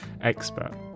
expert